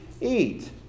eat